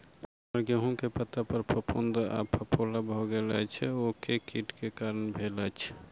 हम्मर गेंहूँ केँ पत्ता पर फफूंद आ फफोला भऽ गेल अछि, ओ केँ कीट केँ कारण भेल अछि?